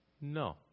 No